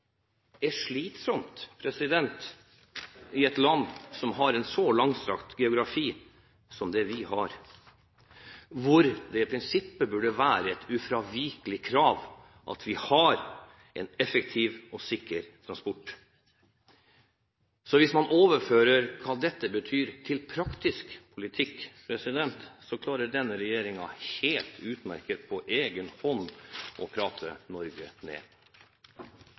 er slitsomt i et land som har en så langstrakt geografi som vi har, hvor det i prinsippet burde være et ufravikelig krav at vi har en effektiv og sikker transport. Så hvis man overfører hva dette betyr, til praktisk politikk, så klarer denne regjeringen helt utmerket på egen hånd å prate Norge ned.